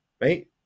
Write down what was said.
right